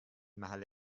محل